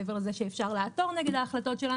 מעבר לזה שאפשר לעתור נגד ההחלטות שלה.